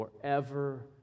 forever